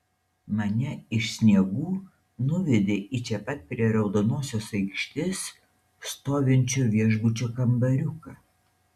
mane iš sniegų nuvedė į čia pat prie raudonosios aikštės stovinčio viešbučio kambariuką